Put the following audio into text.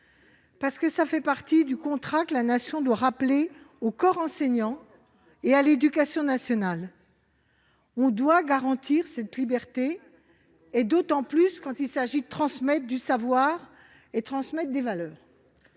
fait aussi partie du contrat que la Nation doit rappeler au corps enseignant et à l'éducation nationale. Nous devons garantir cette liberté, à plus forte raison quand il s'agit de transmettre des savoirs et des valeurs.